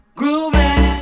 grooving